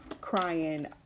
crying